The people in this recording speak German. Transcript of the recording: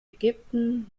ägypten